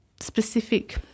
specific